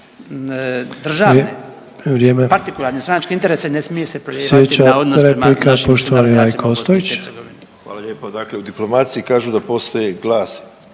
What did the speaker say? Hvala lijepo. Dakle u diplomaciji kažu da postoji glas,